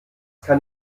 kann